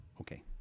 Okay